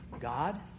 God